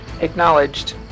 Acknowledged